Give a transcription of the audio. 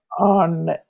on